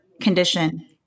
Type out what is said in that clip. condition